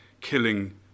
killing